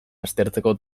aztertzeko